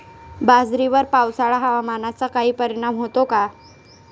बाजरीवर पावसाळा हवामानाचा काही परिणाम होतो का?